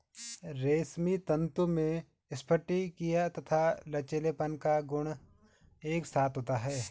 रेशमी तंतु में स्फटिकीय तथा लचीलेपन का गुण एक साथ होता है